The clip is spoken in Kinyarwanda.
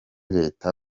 leta